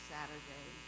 Saturday